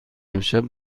امشب